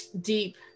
deep